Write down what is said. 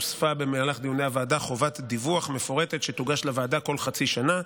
הוספה במהלך דיוני הוועדה חובת דיווח מפורטת שתוגש לוועדה כל חצי שנה.